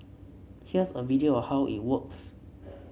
here's a video of how it works